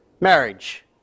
marriage